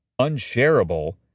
unshareable